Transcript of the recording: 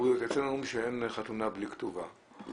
אצלנו אומרים שאין חתונה בלי כתובה.